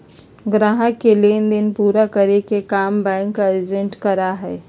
ग्राहकों के लेन देन पूरा करे के काम बैंक एजेंट करा हई